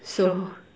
so